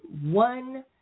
one